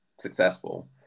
successful